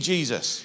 Jesus